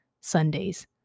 Sundays